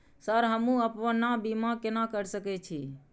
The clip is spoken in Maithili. सर हमू अपना बीमा केना कर सके छी?